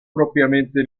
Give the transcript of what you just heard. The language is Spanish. propiamente